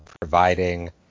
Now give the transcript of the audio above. providing